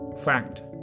fact